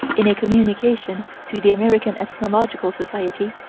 in a communication to the american ethnological society,